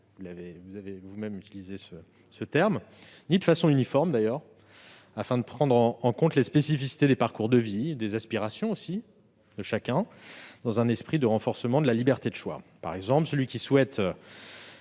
vous avez vous-même employé, ni d'ailleurs de façon uniforme, afin de prendre en compte les spécificités des parcours de vie et des aspirations de chacun, dans un esprit de renforcement de la liberté de choix. Par exemple, celui qui souhaite